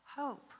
hope